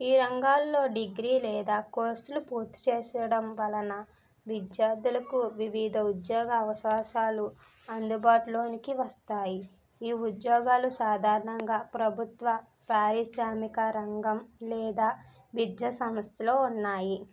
ఈ రంగాలలో డిగ్రీ లేదా కోర్సులు పూర్తి చేయడం వలన విద్యార్థులకు వివిధ ఉద్యోగ అవకాశాలు అందుబాటులో వస్తాయి ఈ ఉద్యోగాలు సాధారణంగా ప్రభుత్వ పారిశ్రామిక రంగం లేదా విద్యాసంస్థలు ఉన్నాయి